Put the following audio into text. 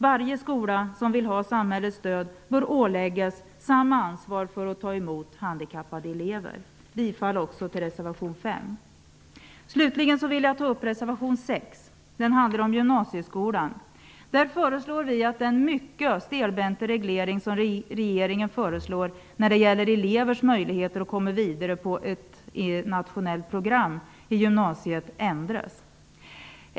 Varje skola som vill ha samhällets stöd bör åläggas samma ansvar för att ta emot handikappade elever. Jag yrkar därmed bifall också till reservation 5. Slutligen vill jag ta upp reservation 6, som handlar om gymnasieskolan. Vi föreslår där att den mycket stelbenta reglering som regeringen föreslår när det gäller elevers möjligheter att komma vidare på ett nationellt program i gymnasiet ändras.